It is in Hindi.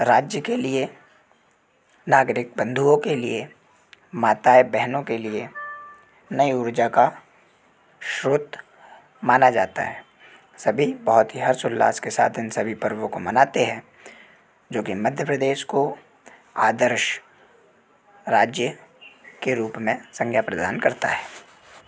राज्य के लिए नागरिक बंधुओ के लिए माताएं बहनों के लिए नई ऊर्जा का स्रोत माना जाता है सभी बहुत ही हर्ष उल्लास के साथ इन सभी पर्वों को मनाते हैं जो कि मध्य प्रदेश को आदर्श राज्य के रूप में संज्ञा प्रदान करता है